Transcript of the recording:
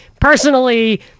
personally